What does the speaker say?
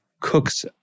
cooks